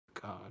God